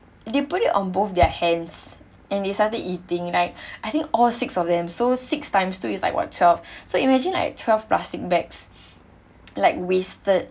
they put it on both their hands and they started eating right I think all six of them so six times two is like what twelve so imagine like twelve plastic bags like wasted